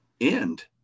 end